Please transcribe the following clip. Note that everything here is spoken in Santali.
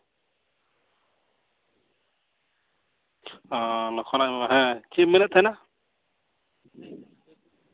ᱚ ᱞᱚᱠᱽᱠᱷᱚᱱ ᱟᱡ ᱵᱟᱵᱟ ᱦᱮᱸ ᱪᱮᱫ ᱮᱢ ᱢᱮᱱᱮᱫ ᱛᱟᱦᱮᱸᱱᱟ